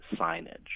signage